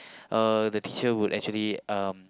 uh the teacher will actually um